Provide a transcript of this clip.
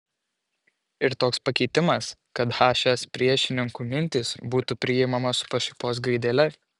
ir toks pakeitimas kad hs priešininkų mintys būtų priimamos su pašaipos gaidele